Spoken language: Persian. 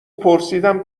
پرسیدم